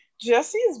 jesse's